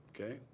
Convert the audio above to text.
Okay